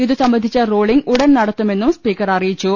ഇതുസംബന്ധിച്ച റൂളിങ് ഉടൻ നടത്തുമെന്നും സ്പീക്കർ അറിയിച്ചു